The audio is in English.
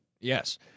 yes